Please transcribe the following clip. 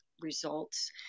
results